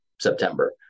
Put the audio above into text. September